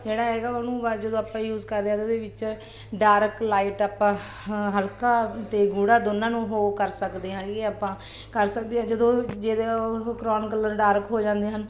ਜਿਹੜਾ ਹੈਗਾ ਉਹਨੂੰ ਵਾ ਆਪਾਂ ਜਦੋਂ ਯੂਜ ਕਰਦੇ ਹੈ ਅਤੇ ਉਹਦੇ ਵਿੱਚ ਡਾਰਕ ਲਾਈਟ ਆਪਾਂ ਹਾਂ ਹਲਕਾ ਅਤੇ ਗੂੜ੍ਹਾ ਦੋਨਾਂ ਨੂੰ ਉਹ ਕਰ ਸਕਦੇ ਹੈਗੇ ਆਪਾਂ ਕਰ ਸਕਦੇ ਹਾਂ ਜਦੋਂ ਜਦੋਂ ਉਹ ਕਰੋਨ ਕਲਰ ਡਾਰਕ ਹੋ ਜਾਂਦੇ ਹਨ